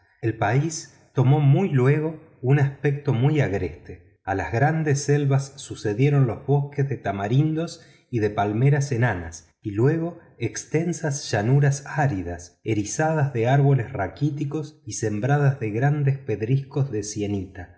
el país tomó luego un aspecto muy agreste a las grandes selvas sucedieron los bosques de tamarindos y de palmeras enanas y luego extensas llanuras áridas erizadas de árboles raquíticos y sembradas de grandes pedriscos de sienita